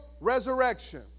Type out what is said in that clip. resurrection